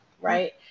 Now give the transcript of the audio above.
right